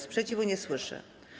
Sprzeciwu nie słyszę.